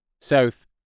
south